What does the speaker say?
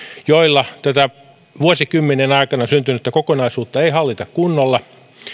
joilla tätä vuosikymme nien aikana syntynyttä kokonaisuutta ei hallita kunnolla